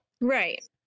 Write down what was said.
Right